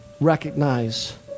recognize